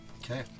okay